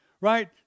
right